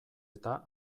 eta